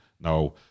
Now